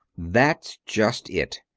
that's just it.